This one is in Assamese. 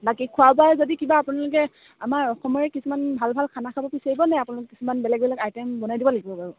বাকী খোৱা বোৱা যদি কিবা আপোনালোকে আমাৰ অসমৰে কিছুমান ভাল ভাল খানা খাব বিচাৰিব নি আপোনালোকক কিছুমান বেলেগ বেলেগ আইটেম বনাই দিব লাগিব বাৰু